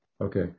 Okay